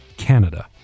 Canada